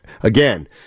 again